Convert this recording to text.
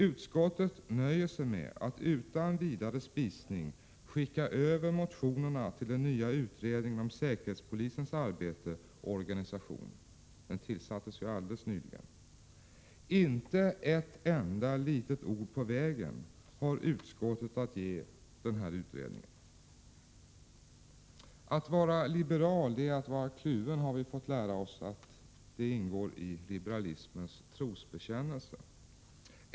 Utskottet nöjer sig med att utan vidare spisning skicka över motionerna till den nya utredningen om säkerhetspolisens arbete och organisation — den tillsattes ju alldeles nyligen. Inte ett enda litet ord på vägen har utskottet att ge den här utredningen. Att vara liberal är att vara kluven, har vi fått lära oss ingår i liberalismens trosbekännelse.